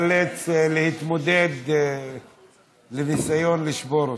בהזדמנות אחרת תיאלץ להתמודד בניסיון לשבור אותו.